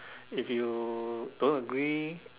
if you don't agree